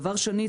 דבר שני,